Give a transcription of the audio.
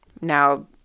Now